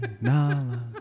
Nala